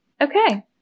Okay